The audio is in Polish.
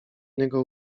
niego